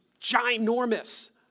ginormous